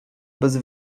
bez